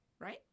Right